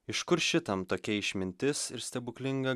iš kur šitam tokia išmintis ir stebuklinga